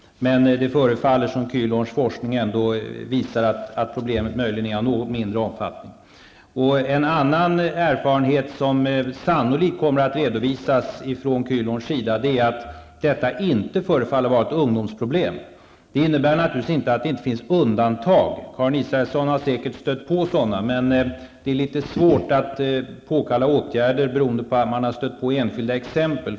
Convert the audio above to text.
Men det förefaller som om Kühlhorns forskning ändå visar att problemet möjligen är av något mindre omfattning. En annan erfarenhet som sannolikt kommer att redovisas från Kühlhorns sida är att detta inte förefaller vara ett ungdomsproblem. Det innebär naturligtvis inte att det inte finns undantag -- Karin Israelsson har säkert stött på sådana -- men det är litet svårt att påkalla åtgärder beroende på att man har stött på enskilda exempel.